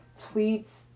tweets